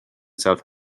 south